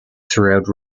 throughout